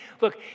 Look